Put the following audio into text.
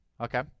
Okay